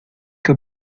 que